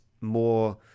more